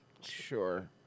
Sure